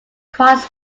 cross